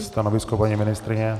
Stanovisko, paní ministryně?